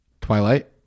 Twilight